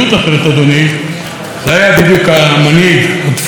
זה היה בדיוק הדפוס של המנהיג המבוקש,